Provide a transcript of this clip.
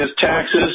taxes